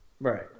Right